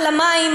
על המים,